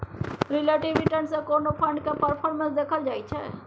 relative return सँ कोनो fund केर परफॉर्मेस देखल जाइ छै